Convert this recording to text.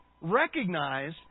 recognize